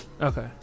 Okay